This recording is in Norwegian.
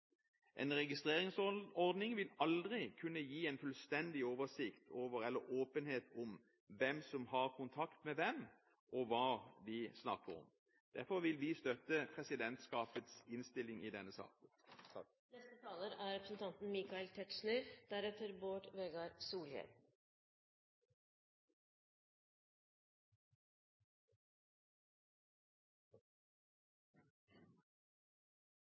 En registreringsordning vil aldri kunne gi en fullstendig oversikt over eller åpenhet om hvem som har kontakt med hvem, og hva de snakker om. Derfor vil vi støtte presidentskapets innstilling i denne saken.